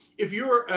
if you're